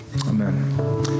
Amen